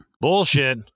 Bullshit